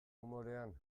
umorean